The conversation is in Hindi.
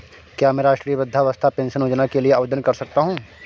क्या मैं राष्ट्रीय वृद्धावस्था पेंशन योजना के लिए आवेदन कर सकता हूँ?